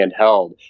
handheld